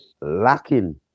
lacking